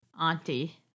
auntie